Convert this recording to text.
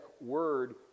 word